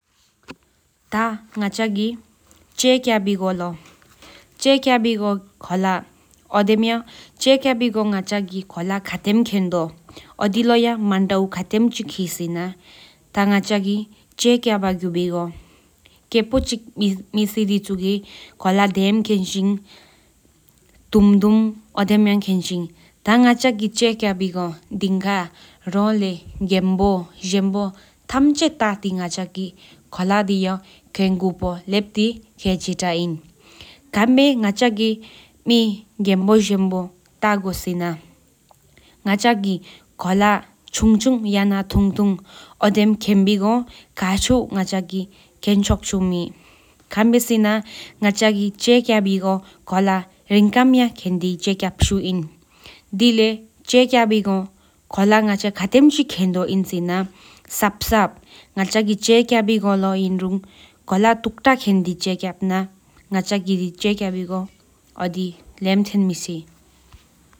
ང་ག་གི་ཆེ་སྐྱབས་ཀྱ་པི་ག་ཁོལ་ཁ་ཐམ་ཁོན་མདོ་ཡ་མནྡའུ་ཀེ་པོ་ཧེ་ཐ་ང་ག་གོ་ཀེ་པོ་ཅི་མེས་སྡེ་ཆོས་གི་དུམ་དུམ་ཨོ་ལེ་མཁེ་ཤི། ང་ག་གི་ཆེ་སྐྱེས་ཀྱ་པ་ཀློ་ཁོལ་དེ་དེང་ག་གེམ་བོ་བཅམ་སྐྱེད་ཐམ་ཆེས་ཐ་ཏི་ཁོ་ལ་ཁེན་གུ་པོ་ཧེ། ཁན་བསྐྱེད་ང་ག་གི་མེ་གེམ་བོ་བཅམ་ཏ་གུ་སན་ན་ང་ག་གི་ཁོ་ལ་ཆུང་ཆུང་ཡ་ང་ཐུང་གེམ་བོ་ཆོས་དེ་ཁ་ཁེན་མེ་ཅུ་དེ་ལེ་མངོག་ཏྲག་གསེར་ཐེ་ཁེན་མེ་ཅོ། ཨོ་དི་ཕྱེ་ཏི་ང་ག་གི་ཆེ་སྐྱེས་ཀྱ་དགློ་ཁོ་ལ་མེ་ཐ་ཏྲི་ཁེང་གུ་པོ་དྲི་ལེ་ཕྱོ་ཁེང་ཆི་ཏ་པོ་ཨིན།